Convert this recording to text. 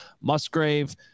Musgrave